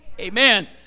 Amen